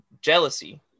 jealousy